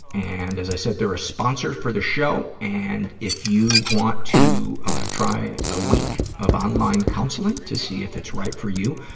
and, as i said, they're a sponsor for the show, and if you want to try a week of online counseling to see if it's right for you,